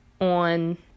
on